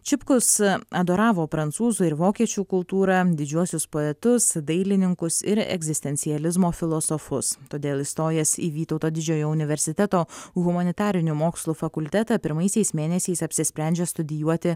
čipkus adoravo prancūzų ir vokiečių kultūrą didžiuosius poetus dailininkus ir egzistencializmo filosofus todėl įstojęs į vytauto didžiojo universiteto humanitarinių mokslų fakultetą pirmaisiais mėnesiais apsisprendžia studijuoti